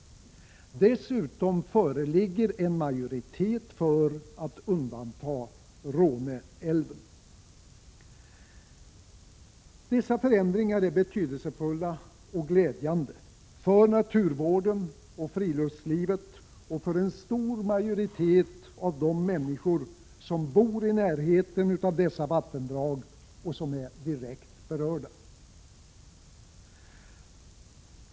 Dessutom föreligger en majoritet för att undanta även Råneälven. Dessa förändringar är betydelsefulla och glädjande för naturvården och friluftslivet samt för en stor majoritet av de människor som bor i närheten av dessa vattendrag och som är direkt berörda.